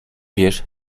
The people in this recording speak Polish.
wiesz